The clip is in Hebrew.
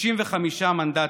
65 מנדטים.